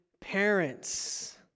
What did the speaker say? parents